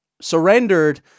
surrendered